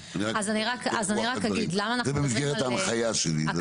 זה במסגרת ההנחיה שלי.